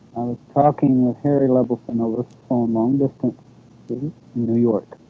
talking with harry levelston over the phone long distance in new york